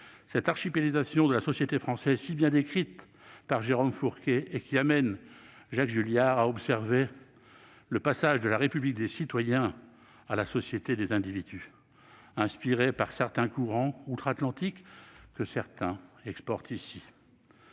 cette archipélisation de la société française qu'a si bien décrite Jérôme Fourquet et qui amène Jacques Julliard à observer « le passage de la République des citoyens à la société des individus », inspirée par certains courants outre-Atlantique, que certains exportent ici